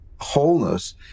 wholeness